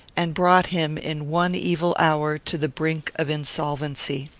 and brought him, in one evil hour, to the brink of insolvency.